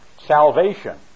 salvation